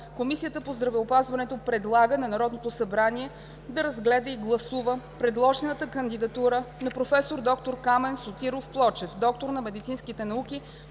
Комисията по здравеопазването предлага на Народното събрание да разгледа и гласува предложената кандидатура на професор доктор Камен Сотиров Плочев – доктор на медицински науки,